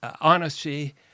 honesty